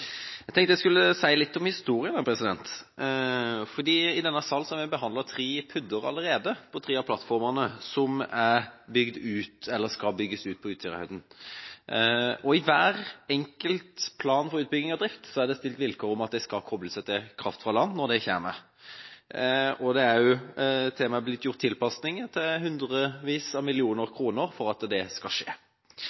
Jeg tenkte jeg skulle si litt om historien. I denne sal har en behandlet tre PUD-er allerede for tre av plattformene som er bygd ut, eller skal bygges ut, på Utsirahøyden. I hver enkelt plan for utbygging og drift er det stilt vilkår om at de skal kobles til kraft fra land, og det kommer. Det er også til og med blitt gjort tilpasninger med hundrevis av millioner